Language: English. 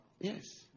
Yes